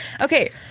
Okay